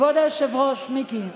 כבוד היושב-ראש מיקי,